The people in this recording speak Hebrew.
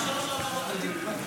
(חבר הכנסת ירון לוי יוצא מאולם המליאה.)